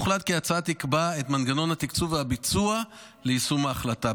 הוחלט כי ההצעה תקבע את מנגנון התקצוב והביצוע ליישום ההחלטה.